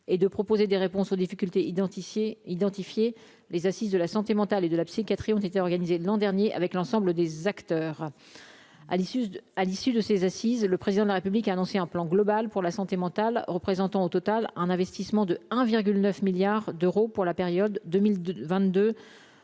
et de proposer des réponses aux difficultés identifiées, identifier les assises de la santé mentale et de la psychiatrie ont été organisées l'an dernier avec l'ensemble des acteurs. à l'issue de à l'issue de ces assises, le président de la République a annoncé un plan global pour la santé mentale, représentant au total un investissement de 1,9 milliards d'euros pour la période 2022 2026